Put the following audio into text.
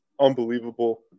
unbelievable